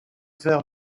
fer